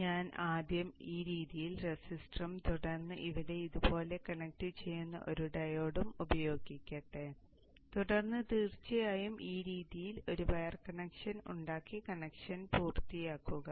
അതിനാൽ ഞാൻ ആദ്യം ഈ രീതിയിൽ റെസിസ്റ്ററും തുടർന്ന് ഇവിടെ ഇതുപോലെ കണക്റ്റുചെയ്യുന്ന ഒരു ഡയോഡും ഉപയോഗിക്കട്ടെ തുടർന്ന് തീർച്ചയായും ഈ രീതിയിൽ ഒരു വയർ കണക്ഷൻ ഉണ്ടാക്കി കണക്ഷൻ പൂർത്തിയാക്കുക